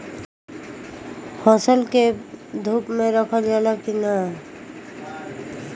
फसल के धुप मे रखल जाला कि न?